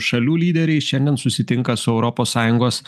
šalių lyderiai šiandien susitinka su europos sąjungos